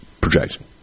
projection